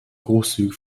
großzügig